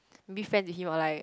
maybe send to him or like